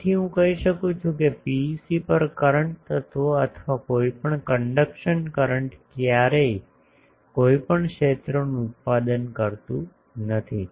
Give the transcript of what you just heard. તેથી હું કહી શકું છું કે પીઈસી પર કરંટ તત્વ અથવા કોઈપણ કન્ડક્શન કરંટ ક્યારેય કોઈપણ ક્ષેત્રનું ઉત્પાદન કરતું નથી